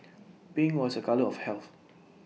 pink was A colour of health